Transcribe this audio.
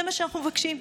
זה מה שאנחנו מבקשים,